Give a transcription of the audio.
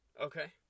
Okay